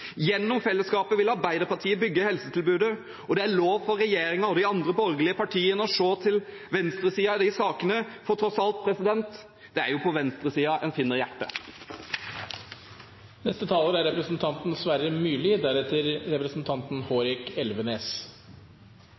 Gjennom fellesskapet vil Arbeiderpartiet bygge helsetilbudet. Det er lov for regjeringen og de andre borgerlige partiene å se til venstresiden i de sakene, for tross alt er det jo på venstresiden en finner hjertet.